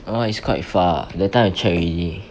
that [one] is quite far that time I check already